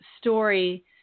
story